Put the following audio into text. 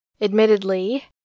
Admittedly